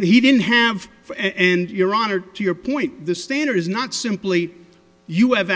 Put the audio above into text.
he didn't have and your honor to your point the standard is not simply you have